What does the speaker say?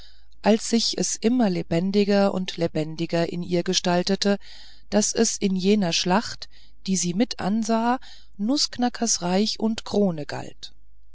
als sich es immer lebendiger und lebendiger in ihr gestaltete daß es in jener schlacht die sie mit ansah nußknackers reich und krone galt